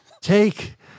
take